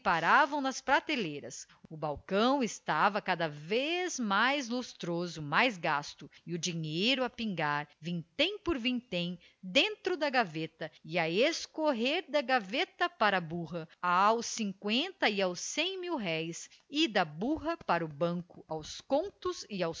nas prateleiras o balcão estava cada vez mais lustroso mais gasto e o dinheiro a pingar vintém por vintém dentro da gaveta e a escorrer da gaveta para a barra aos cinqüenta e aos cem mil-réis e da burra para o banco aos contos